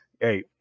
hey